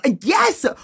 yes